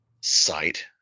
sight